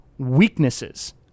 weaknesses